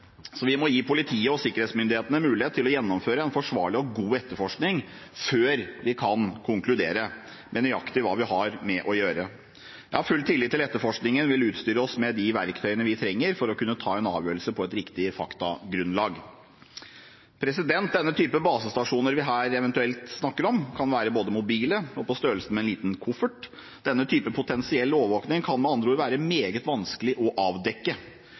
Vi må gi politiet og sikkerhetsmyndighetene mulighet til å gjennomføre en forsvarlig og god etterforskning før vi kan konkludere med nøyaktig hva vi har med å gjøre. Jeg har full tillit til at etterforskningen vil utstyre oss med de verktøyene vi trenger for å kunne ta en avgjørelse på et riktig faktagrunnlag. Den typen basestasjoner vi her eventuelt snakker om, kan være både mobile og på størrelse med en liten koffert. Denne typen potensiell overvåking kan med andre ord være meget vanskelig å avdekke.